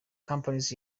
companies